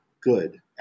good